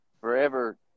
forever